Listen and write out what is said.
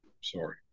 sorry